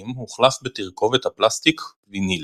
התקליטים הוחלף בתרכובת הפלסטית ויניל.